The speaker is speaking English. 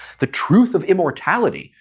the truth of immortality,